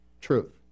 truth